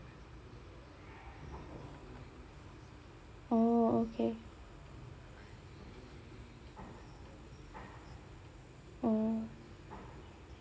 oh okay oh